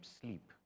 sleep